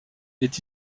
est